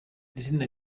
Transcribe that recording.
izina